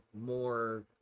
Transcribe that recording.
more